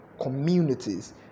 communities